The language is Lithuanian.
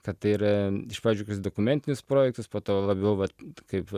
kad tai yra iš pradžių koks dokumentinis projektas po to labiau vat kaip